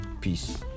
Peace